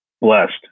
blessed